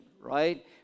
right